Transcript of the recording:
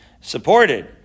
supported